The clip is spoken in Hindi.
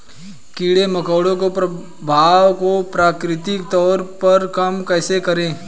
कीड़े मकोड़ों के प्रभाव को प्राकृतिक तौर पर कम कैसे करें?